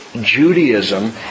Judaism